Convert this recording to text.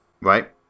Right